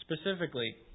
specifically